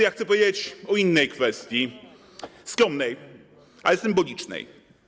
Ja chcę powiedzieć o innej kwestii, skromnej, ale symbolicznej.